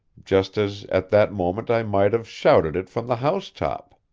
just as at that moment i might have shouted it from the housetop.